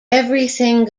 everything